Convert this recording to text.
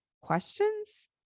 questions